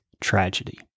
tragedy